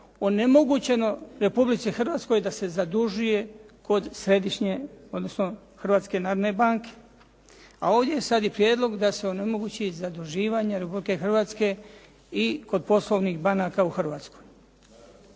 onemogućeno Republici Hrvatskoj da se zadužuje kod Hrvatske narodne banke. A ovdje je sada prijedlog da se onemogući zaduživanje Republike Hrvatske i kod poslovnih banaka u Hrvatskoj.